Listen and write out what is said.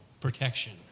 protection